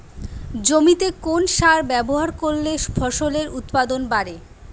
জমিতে কোন সার ব্যবহার করলে ফসলের উৎপাদন বাড়ে?